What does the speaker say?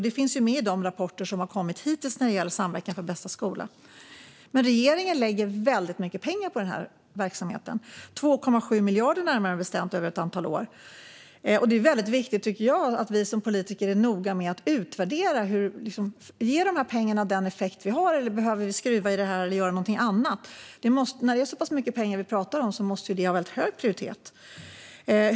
Det finns med i de rapporter som har kommit hittills när det gäller Samverkan för bästa skola. Men regeringen lägger väldigt mycket pengar på denna verksamhet, närmaste bestämt 2,7 miljarder över ett antal år. Och det är viktigt, tycker jag, att vi som politiker är noga med att utvärdera. Ger pengarna den effekt vi vill ha, eller behöver vi skruva i detta eller göra någonting annat? När det är så pass mycket pengar som vi pratar om måste det ha hög prioritet.